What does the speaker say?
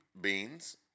Beans